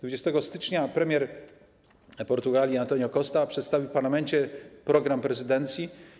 20 stycznia premier Portugalii António Costa przedstawił w Parlamencie program prezydencji.